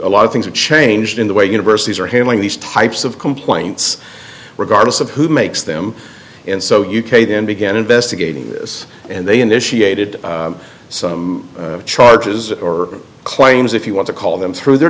a lot of things have changed in the way universities are handling these types of complaints regardless of who makes them and so u k then began investigating this and they initiated some charges or claims if you want to call them through their